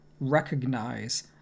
recognize